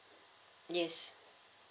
yes